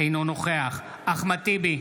אינו נוכח אחמד טיבי,